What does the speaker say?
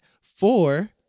Four